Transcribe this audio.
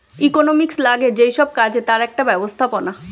economics লাগে যেই সব কাজে তার একটা ব্যবস্থাপনা